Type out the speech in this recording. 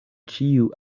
ĉiu